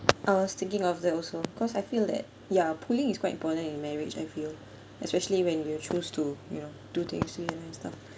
I was thinking of that also cause I feel that ya pooling is quite important in marriage I feel especially when you choose to you know do things together and stuff